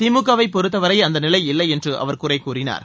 திமுகவைப் பொறுத்தவரை அந்த நிலை இல்லை என்றும் அவர் குறை கூறினார்